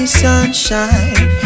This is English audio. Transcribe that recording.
sunshine